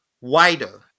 Wider